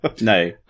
no